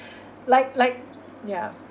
like like yeah